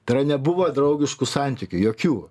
tai yra nebuvo draugiškų santykių jokių